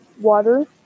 water